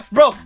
Bro